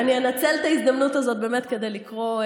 אני אנצל את ההזדמנות הזאת כדי לקרוא,